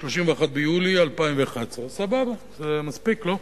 31 ביולי 2011". סבבה, זה מספיק, לא?